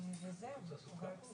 לא לכל